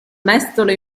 mestolo